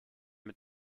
mit